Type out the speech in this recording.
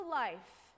life